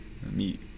meet